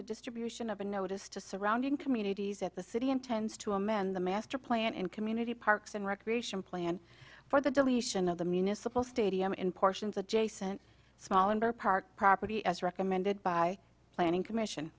the distribution of a notice to surrounding communities at the city intends to amend the master plan and community parks and recreation planned for the deletion of the municipal stadium in portions adjacent small and or park property as recommended by planning commission